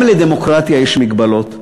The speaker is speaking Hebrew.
גם לדמוקרטיה יש מגבלות,